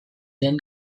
zen